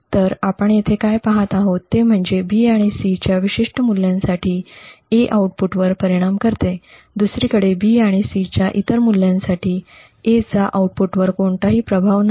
तर आपण येथे काय पाहत आहोत ते म्हणजे 'B' आणि 'C' च्या विशिष्ट मूल्यांसाठी 'A' आउटपुटवर परिणाम करते दुसरीकडे 'B' आणि 'C' च्या इतर मूल्यांसाठी 'A' चा आऊटपुटवर कोणताही प्रभाव नाही